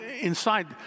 inside